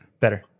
Better